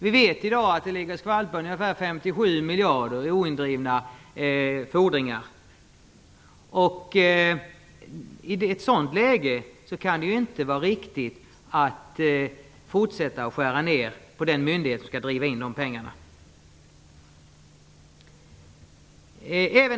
Vi vet att det i dag ligger ungefär 57 miljarder kronor i oindrivna fordringar. I ett sådant läge kan det inte vara riktigt att fortsätta att skära ned på den myndighet som skall driva in pengarna.